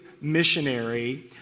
missionary